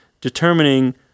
determining